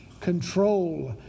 control